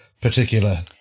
particular